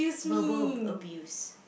verbal abuse